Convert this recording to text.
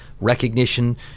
recognition